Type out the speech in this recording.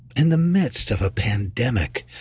in the midst of a pandemic,